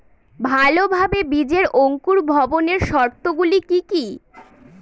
ভালোভাবে বীজের অঙ্কুর ভবনের শর্ত গুলি কি কি?